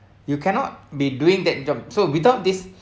you cannot be doing that job so without this